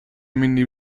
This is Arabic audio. مني